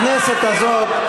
הכנסת הזאת,